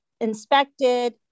inspected